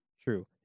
True